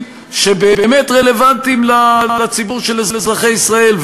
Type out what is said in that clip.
שבאמת רלוונטיים לציבור של אזרחי ישראל,